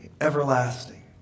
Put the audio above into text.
everlasting